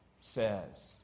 says